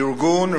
ארגון,